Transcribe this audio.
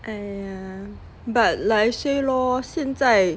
!aiya! but like I say lor 现在